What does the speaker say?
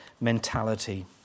mentality